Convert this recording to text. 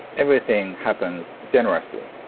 everything happens generously.